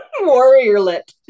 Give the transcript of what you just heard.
warrior-lit